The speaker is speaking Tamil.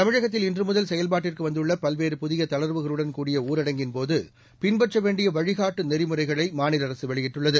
தமிழகத்தில் இன்றுமுதல் செயல்பாட்டுக்கு வந்துள்ள பல்வேறு புதிய தளர்வுகளுடன் கூடிய ஊரடங்கின்போது பின்பற்ற வேண்டிய வழிகாட்டு நெறிமுறைகளை மாநில அரசு வெளியிட்டுள்ளது